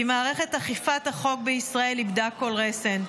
כי מערכת אכיפת החוק בישראל איבדה כל רסן.